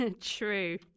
True